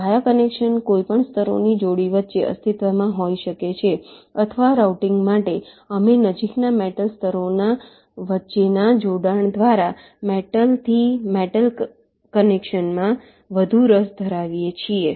વાયા connection કોઈપણ સ્તરોની જોડી વચ્ચે અસ્તિત્વમાં હોઈ શકે છે અથવા રાઉટિંગ માટે અમે નજીકના મેટલ સ્તરો વચ્ચેના જોડાણો દ્વારા મેટલથી મેટલ કનેક્શનમાં વધુ રસ ધરાવીએ છીએ